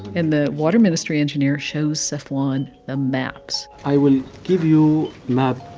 and the water ministry engineer shows safwan the maps i will give you map,